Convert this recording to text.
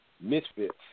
misfits